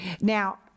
Now